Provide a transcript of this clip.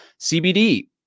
CBD